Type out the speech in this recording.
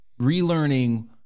Relearning